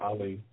Ali